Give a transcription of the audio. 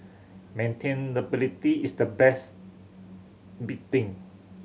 maintainability is the next big thing